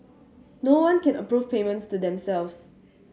no one can approve payments to themselves